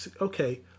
okay